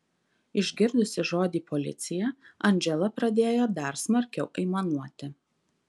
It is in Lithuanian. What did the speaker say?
išgirdusi žodį policija andžela pradėjo dar smarkiau aimanuoti